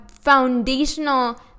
foundational